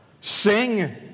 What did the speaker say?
Sing